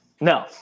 no